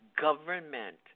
government